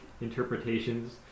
interpretations